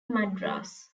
madras